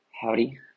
howdy